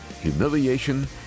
humiliation